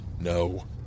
No